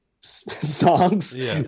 songs